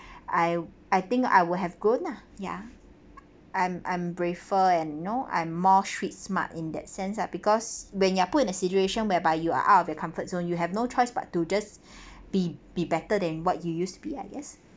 I'll I think I would have grown lah ya I'm I'm braver and you know I'm more street smart in that sense lah because when you're put in a situation whereby you are out of your comfort zone you have no choice but to just be be better than what you used to be I guess